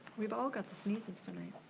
we've all got the sneezes tonight.